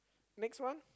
next one